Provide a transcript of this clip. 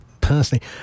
personally